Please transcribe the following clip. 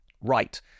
Right